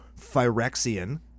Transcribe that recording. Phyrexian